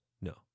No